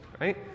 right